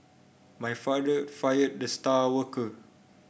my father fired the star worker